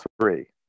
three